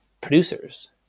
producers